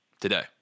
today